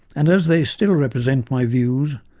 and as they still represent my views,